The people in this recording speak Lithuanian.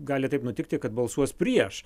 gali taip nutikti kad balsuos prieš